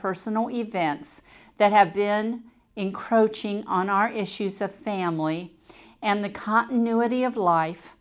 personal events that have been encroaching on our issues of family and the continuity of life